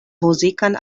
muzikan